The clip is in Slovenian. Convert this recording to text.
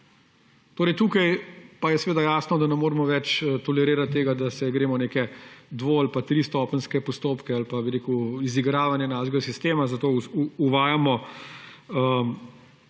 Tukaj pa je seveda jasno, da ne moremo več tolerirati tega, da se gremo neke dvo- ali pa tristopenjske postopke ali pa izigravanje našega sistema. Zato uvajamo